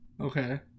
okay